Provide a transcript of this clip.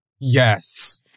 Yes